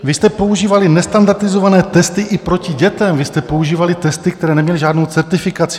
Vy jste používali nestandardizované testy i proti dětem, vy jste používali testy, které neměly žádnou certifikaci.